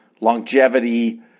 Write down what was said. longevity